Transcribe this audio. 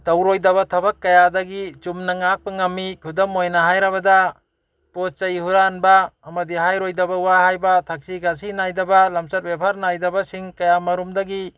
ꯇꯧꯔꯣꯏꯗꯕ ꯊꯕꯛ ꯀꯌꯥꯗꯒꯤ ꯆꯨꯝꯅ ꯉꯥꯛꯄ ꯉꯝꯃꯤ ꯈꯨꯗꯝ ꯑꯣꯏꯅ ꯍꯥꯏꯔꯕꯗ ꯄꯣꯠ ꯆꯩ ꯍꯨꯔꯥꯟꯕ ꯑꯃꯗꯤ ꯍꯥꯏꯔꯣꯏꯗꯕ ꯋꯥ ꯍꯥꯏꯕ ꯊꯛꯁꯤ ꯈꯥꯁꯤ ꯅꯥꯏꯗꯕ ꯂꯝꯆꯠ ꯚꯦꯚꯥꯔ ꯅꯥꯏꯗꯕꯁꯤꯡ ꯀꯌꯥ ꯃꯔꯣꯝꯗꯒꯤ